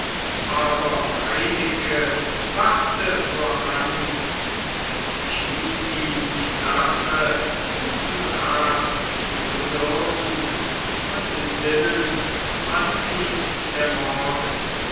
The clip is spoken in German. aber reineke wachte vor angst es schien ihm die sache guten rats zu bedürfen und sinnend fand ihn der morgen